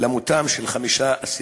למותם של חמישה אסירים.